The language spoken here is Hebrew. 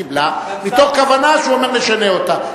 קיבלה מתוך כוונה שהוא אומר: נשנה אותו.